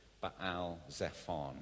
Baal-Zephon